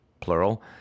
plural